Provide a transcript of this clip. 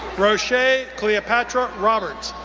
roshae cleo-patra roberts,